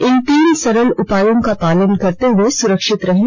इन तीन सरल उपायों का पालन करते हुए सुरक्षित रहें